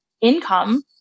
income